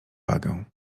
wagę